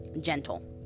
gentle